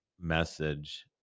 message